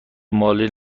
ماله